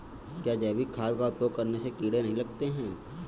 क्या जैविक खाद का उपयोग करने से कीड़े नहीं लगते हैं?